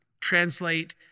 translate